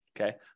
Okay